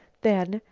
then,